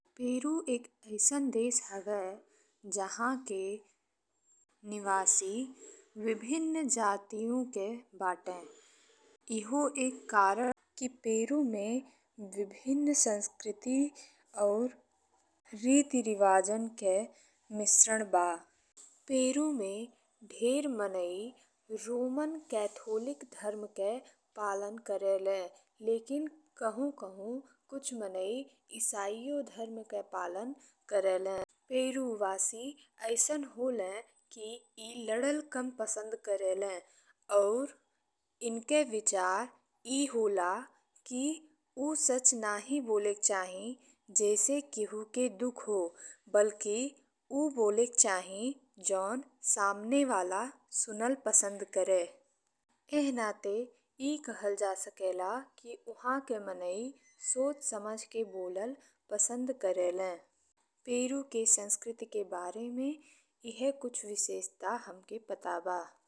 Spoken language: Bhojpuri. पेरू एक अइसन देश हवे जहाँ के निवासी विभिन्न जातियों के बाटे। ईहो एक कारण कि पेरू में विभिन्न संस्कृति और रीति रिवाज के मिस्रण बा। पेरू में ढेर मनई रोमन कैथोलिक धर्म के पालन करेलें लेकिन कहीं कहीं कुछ मनई ईसाई धर्म के पालन करेलें। पेरूवासी अइसन होले कि ए लड़ल कम पसंद करेलें और इनके विचार व होला कि ऊ सच नहीं बोलेक चाहीं जेसे केहू के दुख हो बल्कि ऊ बोलेक चाहीं जवन सामने वाला सुनाई पसंद करे। एह नाते ए कहल जा सकेला कि उहा के मनई सोच समझ के मनई सोच समझ के बोलल पसंद करेलें। पेरू के संस्कृति के बारे में एह कुछ विशेषता हमके पता बा।